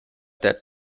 that